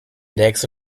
nächste